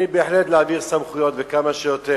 אני בהחלט בעד להעביר סמכויות, וכמה שיותר.